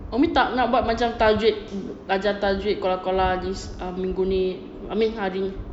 umi tak nak buat macam tajwid ajar tajwid qalqalah hadis ah minggu ni I mean hari